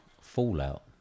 Fallout